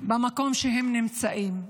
במקום שהם נמצאים.